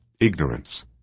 Ignorance